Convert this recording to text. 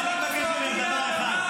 ואני מבקש ממך דבר אחד,